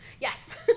yes